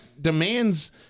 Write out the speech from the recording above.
demands